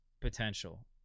potential